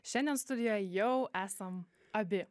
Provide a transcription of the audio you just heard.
šiandien studijoj jau esam abi